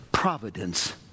Providence